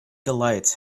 delights